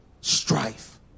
strife